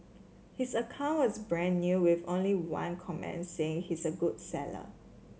his account was brand new with only one comment saying he's a good seller